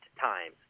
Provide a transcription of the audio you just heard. times